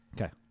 Okay